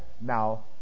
Now